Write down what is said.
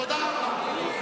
תודה רבה.